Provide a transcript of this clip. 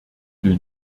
will